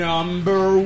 Number